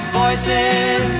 voices